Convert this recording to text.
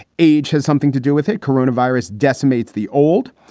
age has something to do with it. corona virus decimates the old.